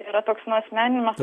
yra toks nuasmeninimas